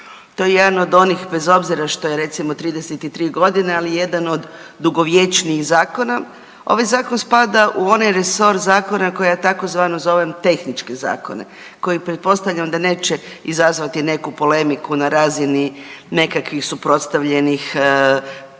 To je jedan od onih, bez obzira što je recimo 33 godine, ali jedan od dugovječnijih zakona. Ovaj Zakon spada u onaj resor zakona, koji ja tzv. zovem tehničke zakone, koji pretpostavljam da neće izazvati neku polemiku na razini nekakvih suprotstavljenih onako,